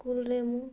ସ୍କୁଲ୍କୁ ମୁଁ